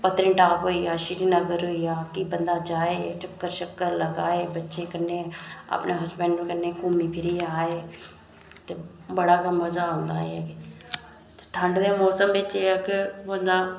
पत्तनीटाप होइया सिरीनगर होइया कि बंदा जाए चक्कर लाए बच्चें कन्नै अपने हसबैंड कन्नै घुम्मी फिरियै आए ते बड़ा गै मज़ा आंदा ऐ ठंड दे मौसम च एह् ऐ कि बंदा